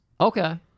Okay